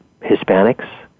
Hispanics